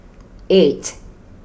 eight